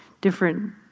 different